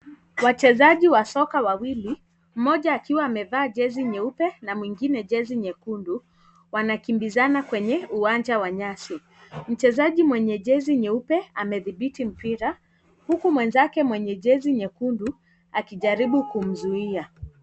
Wachezaji wa soka wawili mmoja akiwa ameva jersey nyeupe na mwingine nyekundu wanakimbizana kwenye uwanja wa nyasi, mchezaji mwenye jersey nyeupe amedhibiti mpira huku mwenzake mwenye jersey nyekundu akijaribu kumzuia.